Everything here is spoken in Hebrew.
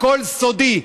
הכול סודי.